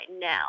now